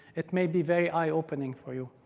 it may be very eye-opening for you.